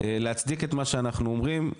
להצדיק את מה שאנחנו אומרים,